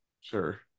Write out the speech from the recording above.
Sure